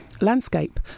landscape